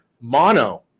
mono